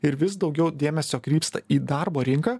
ir vis daugiau dėmesio krypsta į darbo rinką